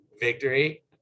victory